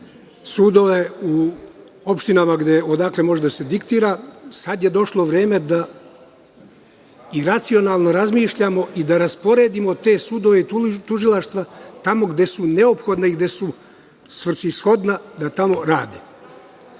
sudove u opštinama odakle može da se diktira. Sad je došlo vreme da i racionalno razmišljamo i da rasporedimo te sudove i tužilaštva tamo gde su neophodna i gde su svrsishodna da tamo